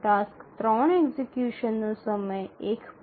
task ૩ એક્ઝિકયુશનનો સમય 1